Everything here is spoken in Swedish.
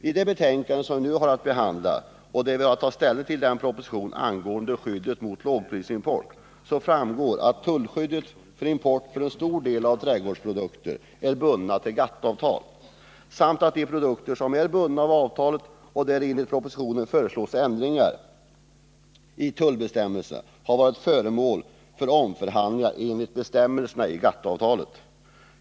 Av det betänkande som vi nu behandlar och där vi har att ta ställning till propositionen angående skyddet mot lågprisimport framgår att tullskyddet för import av en stor del trädgårdsprodukter är bundet i GATT-avtal samt att de produkter som är bundna av avtalet och beträffande vilka det i propositionen föreslås ändringar i tullbestämmelserna har varit föremål för omförhandlingar enligt bestämmelserna i GATT-avtalet.